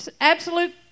Absolute